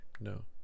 no